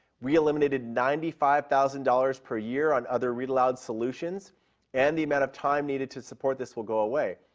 we eliminated ninety five thousand dollars per year on other read aloud solutions and the amount of time needed to support this will go away.